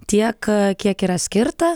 tiek kiek yra skirta